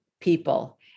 people